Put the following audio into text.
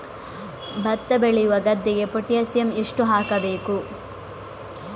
ಭತ್ತ ಬೆಳೆಯುವ ಗದ್ದೆಗೆ ಪೊಟ್ಯಾಸಿಯಂ ಎಷ್ಟು ಹಾಕಬೇಕು?